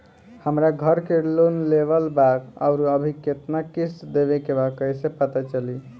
हमरा घर के लोन लेवल बा आउर अभी केतना किश्त देवे के बा कैसे पता चली?